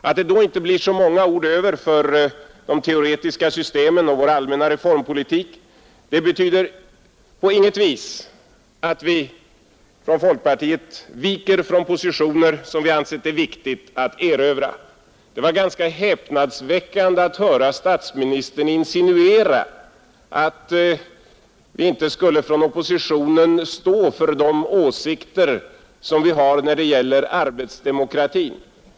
Att det då inte blir så många ord över för de teoretiska systemen och vår allmänna reformpolitik betyder på intet vis att vi i folkpartiet viker från positioner som vi ansett det viktigt att erövra. Det var ganska häpnadsväckande att höra statsministern insinuera att vi inom oppositionen inte skulle stå för de åsikter som vi har när det gäller arbetsdemokrati.